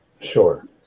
Sure